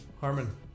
Harmon